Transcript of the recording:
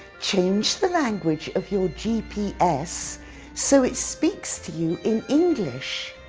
change the language of your gps so it speaks to you in english.